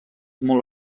molt